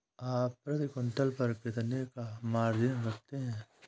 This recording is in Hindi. आप प्रति क्विंटल पर कितने का मार्जिन रखते हैं?